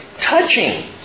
touching